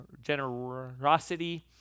generosity